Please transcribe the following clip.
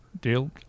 deal